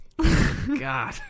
god